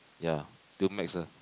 ya do maths ah